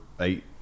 eight